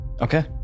Okay